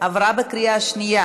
עברה בקריאה שנייה